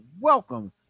welcome